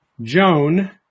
Joan